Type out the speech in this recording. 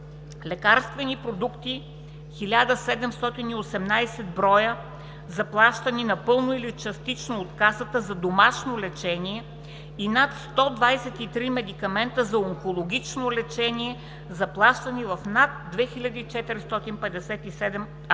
Лекарствени продукти – 1718 броя, заплащани напълно или частично от НЗОК за домашно лечение, и над 123 медикамента за онкологично лечение, заплащани в над 2457